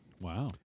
Wow